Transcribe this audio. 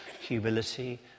humility